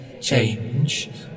Change